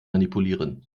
manipulieren